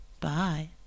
Bye